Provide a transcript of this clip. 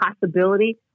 possibility